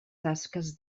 tasques